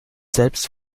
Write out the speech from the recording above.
selbst